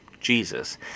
Jesus